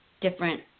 different